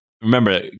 Remember